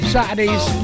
Saturdays